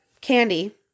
candy